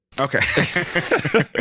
okay